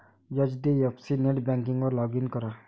HDFC नेटबँकिंगवर log in करा